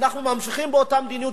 אנחנו ממשיכים באותה המדיניות,